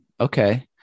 okay